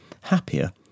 happier